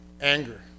anger